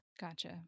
Gotcha